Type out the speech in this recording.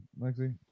Lexi